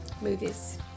Movies